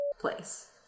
Place